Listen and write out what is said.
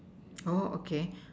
oh okay